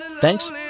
Thanks